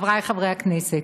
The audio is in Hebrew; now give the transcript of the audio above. חברי חברי הכנסת,